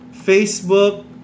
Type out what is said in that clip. Facebook